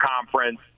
conference